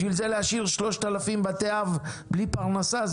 בשביל זה להשאיר 3,000 בתי אב בלי פרנסה?